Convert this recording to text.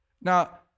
Now